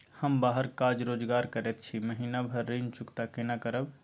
हम बाहर काज रोजगार करैत छी, महीना भर ऋण चुकता केना करब?